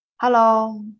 hello